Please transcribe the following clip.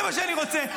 זה מה שאני רוצה.